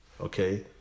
Okay